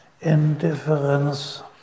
Indifference